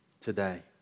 today